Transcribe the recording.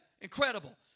incredible